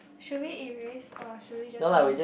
should we erase or should we just leave it